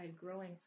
growing